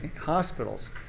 hospitals